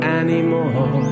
anymore